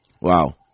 Wow